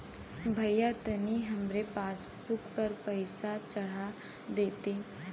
भईया तनि हमरे पासबुक पर पैसा चढ़ा देती